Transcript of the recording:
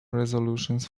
resolutions